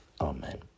Amen